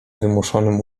wymuszonym